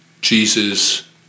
Jesus